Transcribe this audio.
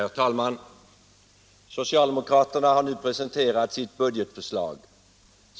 Herr talman! ”Socialdemokraterna har nu presenterat sitt budgetförslag.